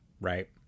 Right